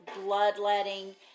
Bloodletting